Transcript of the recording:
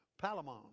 Palamon